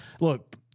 look